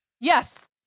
Yes